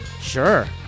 Sure